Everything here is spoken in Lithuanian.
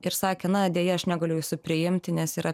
ir sakė na deja aš negaliu jūsų priimti nes yra